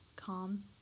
calm